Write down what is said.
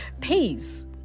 peace